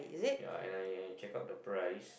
ya and I I check out the price